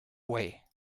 way